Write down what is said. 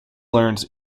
learned